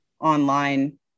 online